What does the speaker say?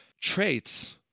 traits